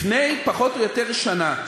לפני פחות או יותר שנה,